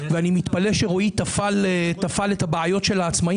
ואני מתפלא שרועי טפל את הבעיות של העצמאים